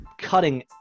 cutting